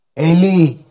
Eli